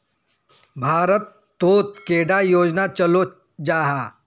भारत तोत कैडा योजना चलो जाहा?